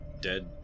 dead